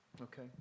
Okay